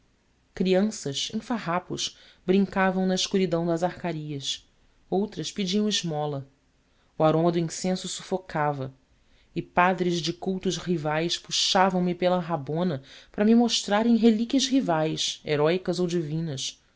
crianças em farrapos brincavam na escuridão das arcarias outras pediam esmola o aroma do incenso sufocava e padres de cultos rivais puxavamme pela rabona para me mostrarem relíquias rivais heróicas ou divinas